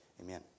Amen